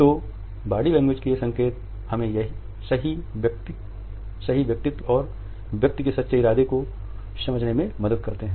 तो body language के ये संकेत हमें सही व्यक्तित्व और व्यक्ति के सच्चे इरादे को समझने में मदद करते हैं